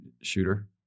shooter